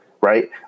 right